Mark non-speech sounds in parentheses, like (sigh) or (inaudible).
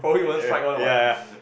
(laughs) ya ya